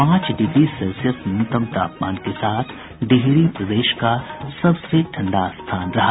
पांच degree Celsius न्यूनतम तापमान के साथ डिहरी प्रदेश से सबसे ठंडा स्थान रहा